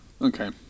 Okay